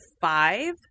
five